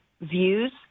views